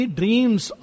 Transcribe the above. dreams